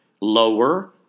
lower